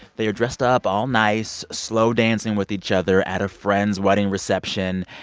they are dressed up all nice, slow dancing with each other at a friend's wedding reception.